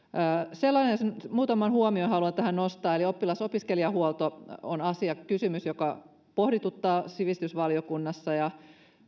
muutaman huomion haluan tähän nostaa eli oppilas ja opiskelijahuolto on kysymys joka pohdituttaa sivistysvaliokunnassa ja